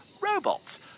robots